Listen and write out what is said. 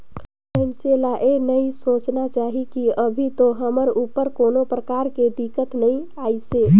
मइनसे ल ये नई सोचना चाही की अभी तो हमर ऊपर कोनो परकार के दिक्कत नइ आइसे